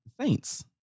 Saints